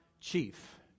chief